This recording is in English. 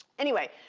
anyway,